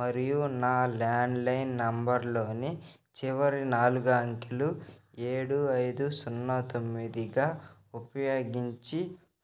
మరియు నా లాండ్లైన్ నెంబర్లోని చివరి నాలుగు అంకెలు ఏడు ఐదు సున్నా తొమ్మిదిగా ఉపయోగించి